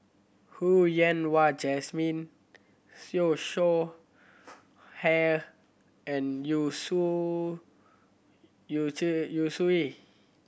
Ho Yen Wah Jesmine Siew Shaw Hair and Yu Su Yu Zhe Yu Suye